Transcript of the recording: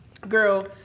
Girl